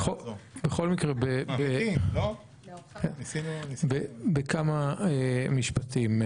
בכל מקרה, בכמה משפטים.